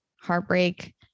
heartbreak